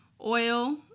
oil